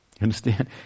Understand